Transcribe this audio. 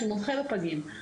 שמומחה בפגים,